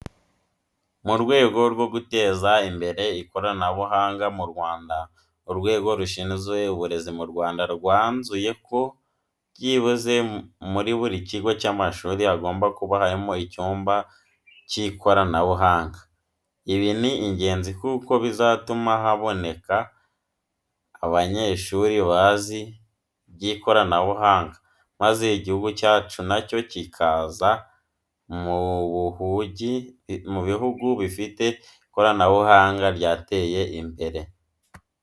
Mu rwego rwo guteza imbere ikoranabuhanga mu Rwanda, Urwego rushizwe Uburezi mu Rwanda rwanzuye ko byibuze muri buri kigo cy'amashuri hagomba buka hari icyumba k'ikoranabuhanga. Ibi ni ingenzi kuko bizatuma haboneka banyeshuri bazi iby'ikoranabuhanga maze Igihugu cyacu na cyo kikaza mu buhugi bifite ikoranabuhanga ryateye imbere.